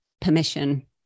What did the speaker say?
permission